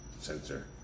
sensor